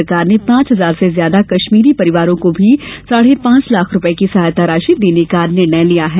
सरकार ने पांच हजार से ज्यादा कश्मीरी परिवारों को भी साढ़े पांच लाख रुपये की सहायता राशि देने का निर्णय लिया है